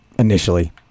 initially